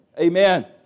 Amen